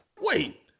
wait